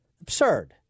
absurd